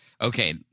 Okay